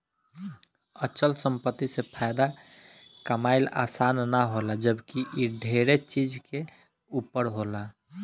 अचल संपत्ति से फायदा कमाइल आसान ना होला जबकि इ ढेरे चीज के ऊपर होला